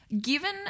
Given